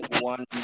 one